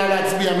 נא להצביע.